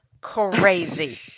crazy